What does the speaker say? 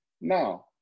Now